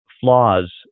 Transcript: flaws